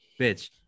bitch